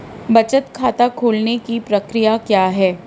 बचत खाता खोलने की प्रक्रिया क्या है?